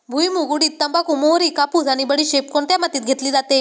भुईमूग, उडीद, तंबाखू, मोहरी, कापूस आणि बडीशेप कोणत्या मातीत घेतली जाते?